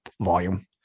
volume